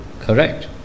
Correct